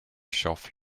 shelf